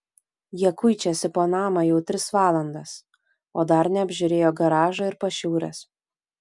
jie kuičiasi po namą jau tris valandas o dar neapžiūrėjo garažo ir pašiūrės